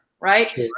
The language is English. right